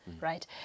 right